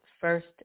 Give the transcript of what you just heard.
first